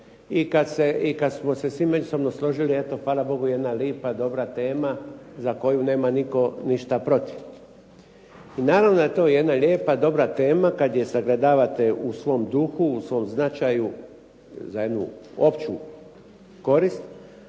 i kad smo se svi međusobno složili, eto hvala Bogu jedna lijepa dobra tema za koju nema nitko ništa protiv. I naravno da je to jedna lijepa dobra tema kad je sagledavate u svom duhu, u svom značaju za jednu opću korist,